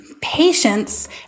Patience